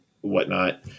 whatnot